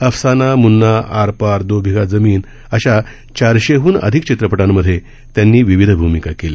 अफसाना मून्ना आर पार दो बिघा जमीन अशा चारशेहन अधिक चित्रपटांमधे त्यांनी विविध भूमिका केल्या